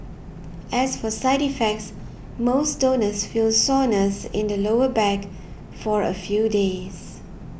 as for side effects most donors feel soreness in the lower back for a few days